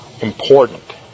important